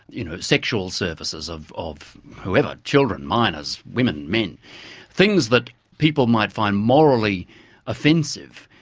you know sexual services of of whoever, children, minors, women, men things that people might find morally offensive.